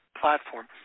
platform